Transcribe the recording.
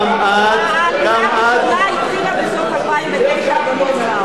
העלייה הראשונה התחילה בסוף 2009. גם את,